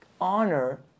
honor